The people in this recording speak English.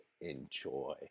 enjoy